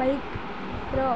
ବାଇକ୍ର